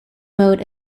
mode